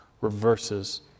reverses